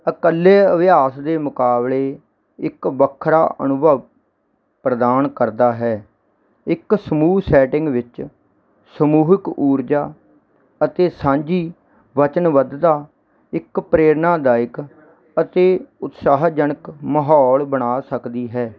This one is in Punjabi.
ਇਕੱਲੇ ਅਭਿਆਸ ਦੇ ਮੁਕਾਬਲੇ ਇੱਕ ਵੱਖਰਾ ਅਨੁਭਵ ਪ੍ਰਦਾਨ ਕਰਦਾ ਹੈ ਇੱਕ ਸਮੂਹ ਸੈਟਿੰਗ ਵਿੱਚ ਸਮੂਹਿਕ ਊਰਜਾ ਅਤੇ ਸਾਂਝੀ ਵਚਨਬੱਧਤਾ ਇੱਕ ਪ੍ਰੇਰਨਾਦਾਇਕ ਅਤੇ ਉਤਸ਼ਾਹਜਨਕ ਮਾਹੌਲ ਬਣਾ ਸਕਦੀ ਹੈ